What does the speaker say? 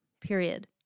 period